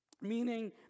meaning